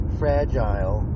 fragile